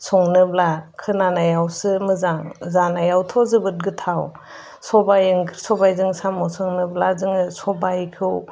संनोब्ला खोनानायावसो मोजां जानायावथ' जोबोद गोथाव सबाय ओंख्रि सबायजों साम' संनोब्ला जोङो सबायखौ